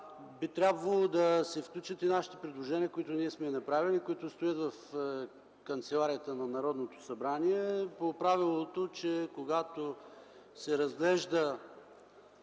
би трябвало да се включат и предложенията, които сме направили и стоят в канцеларията на Народното събрание. Правилото е, когато се разглежда